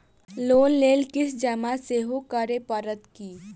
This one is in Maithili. लोन लेल किछ जमा सेहो करै पड़त की?